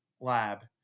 lab